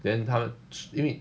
then 她因为